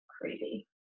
crazy